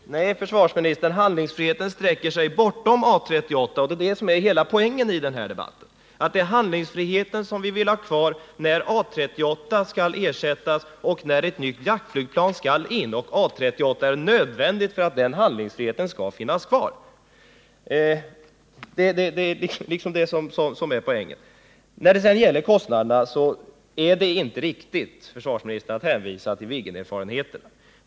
Herr talman! Nej, försvarsministern, handlingsfriheten sträcker sig bortom A 38, och det är hela poängen i den här debatten. Vi vill ha kvar handlingsfriheten bl.a. när ett nytt jaktflygplan skall till. A 38 är nödvändigt för att handlingsfriheten skall finnas. När det gäller kostnaderna är det inte riktigt, försvarsministern, att hänvisa till Viggenerfarenheterna.